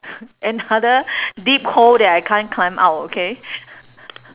another deep hole that I can't climb out okay